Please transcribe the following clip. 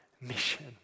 mission